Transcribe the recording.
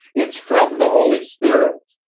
it's from the holy spirit.